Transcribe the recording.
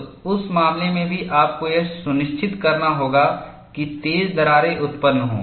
तो उस मामले में भी आपको यह सुनिश्चित करना होगा कि तेज दरारें उत्पन्न हों